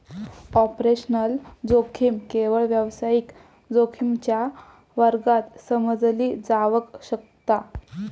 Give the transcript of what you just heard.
operational जोखीम केवळ व्यावसायिक जोखमीच्या वर्गात समजली जावक शकता